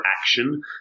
action